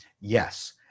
yes